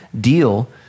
deal